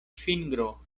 fingro